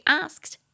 asked